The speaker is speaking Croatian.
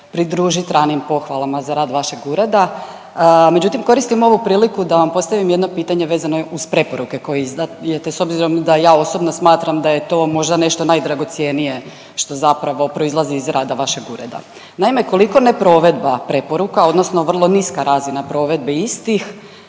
pridružit ranim pohvalama za rad vašeg ureda međutim koristim ovu priliku da vam postavim jedno pitanje vezano uz preporuke koje izdajete s obzirom da ja osobno smatram da je to možda nešto najdragocjenije što zapravo proizlazi iz rada vašeg ureda. Naime koliko neprovedba preporuka, odnosno vrlo niska razina provedbe istih,